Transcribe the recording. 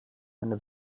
eine